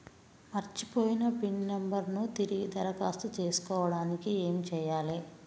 మర్చిపోయిన pin number ను తిరిగి దరఖాస్తు చేసుకోవడానికి ఏమి చేయాలే?